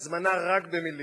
הזמנה רק במלים,